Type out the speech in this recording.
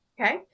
Okay